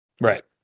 Right